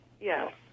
Yes